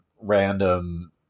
random